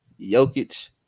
Jokic